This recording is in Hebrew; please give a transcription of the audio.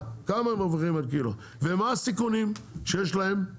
כמה הם מרוויחים על קילו?